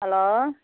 hello